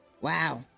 Wow